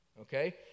okay